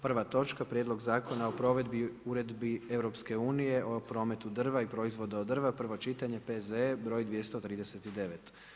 Prva točka: - Prijedlog zakona o provedbi Uredbi EU o prometu drva i proizvoda od drva, prvo čitanje, P.Z.E. broj 239.